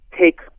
take